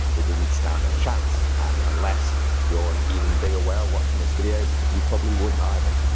they didnt stand a chance and unless youre an even bigger whale watching this video you probably wouldnt either.